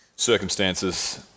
Circumstances